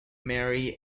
mary